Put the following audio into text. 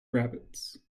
rabbits